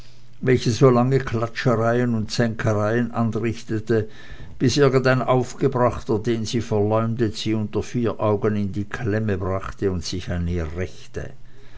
welche so lange klatschereien und zänkereien anrichtete bis irgend ein aufgebrachter den sie verleumdet sie unter vier augen in die klemme brachte und sich an ihr rächte